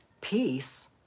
peace